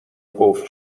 قفل